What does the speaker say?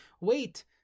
wait